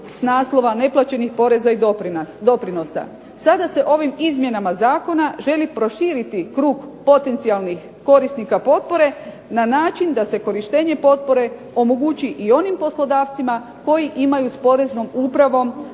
s naslova neplaćenih poreza i doprinosa. Sada se ovim izmjenama zakona želi proširiti krug potencijalnih korisnika potpore na način da se korištenje potpore omogući i onim poslodavcima koji imaju s poreznom upravom